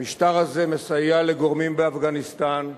המשטר הזה מסייע לגורמים באפגניסטן,